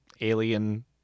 alien